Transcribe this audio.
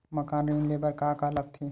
मकान ऋण ले बर का का लगथे?